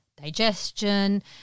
digestion